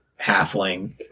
halfling